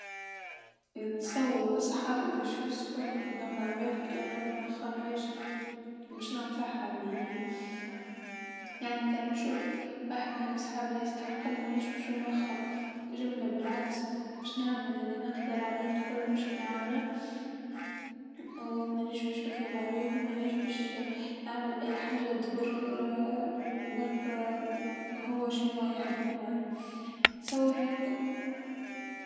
نتصور صحابي باش يوصفوني قدام لعباد، أنا منوخرهاش باش ننفعهم معناها، يعني كنشوف واحد من صحابي يستحقني منيش باش نوخر جمله بالعكس باش نعمل أني لنقدر عليه الكل باش نعاونه، و مانيش باش نكذب عليه و مانيش باش نعمل أي حاجه تضر ور هو شنوا يحب نتصور هاكا.